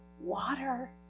water